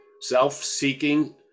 self-seeking